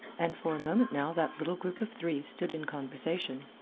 and for a moment now that little group of three stood in conversation.